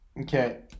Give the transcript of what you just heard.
Okay